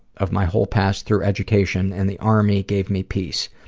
of my whole past through education and the army gave me peace.